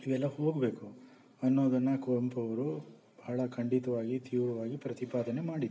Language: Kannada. ಇವೆಲ್ಲ ಹೋಗಬೇಕು ಅನ್ನೋದನ್ನೇ ಕುವೆಂಪು ಅವರು ಭಾಳ ಖಂಡಿತವಾಗಿ ತೀವ್ರವಾಗಿ ಪ್ರತಿಪಾದನೆ ಮಾಡಿದರು